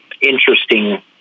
interesting